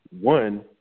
one